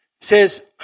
says